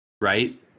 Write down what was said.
right